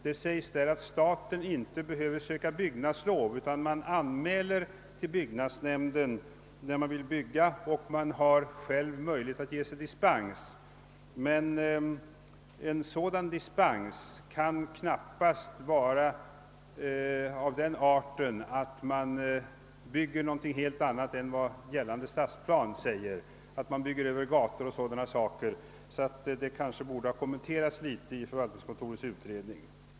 Det uppges att staten inte behöver söka byggnadslov, utan man anmäler till byggnadsnämnden när man vill bygga och har möjlighet att själv bevilja dispens. En sådan dispens kan emellertid knappast innebära att man får bygga något annat än vad gällande stadsplan föreskriver; att man bygger över gator etc. kan inte ske med dispens. Detta borde ha kommenterats något i förvaltningskontorets utredning.